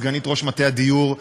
סגנית ראש מטה הדיור,